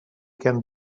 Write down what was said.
can